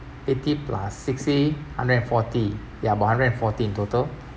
eighty plus sixty hundred and forty ya about hundred and forty in total